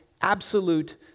absolute